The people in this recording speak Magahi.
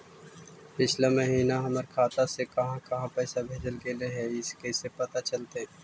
पिछला महिना हमर खाता से काहां काहां पैसा भेजल गेले हे इ कैसे पता चलतै?